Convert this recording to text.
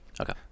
Okay